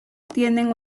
tienen